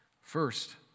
First